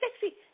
sexy